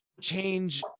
change